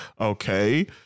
Okay